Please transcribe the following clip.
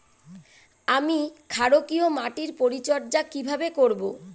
আমি ক্ষারকীয় মাটির পরিচর্যা কিভাবে করব?